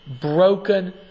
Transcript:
broken